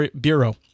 Bureau